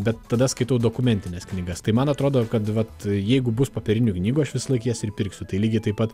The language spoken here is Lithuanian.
bet tada skaitau dokumentines knygas tai man atrodo kad vat jeigu bus popierinių knygų aš visąlaik jas ir pirksiu tai lygiai taip pat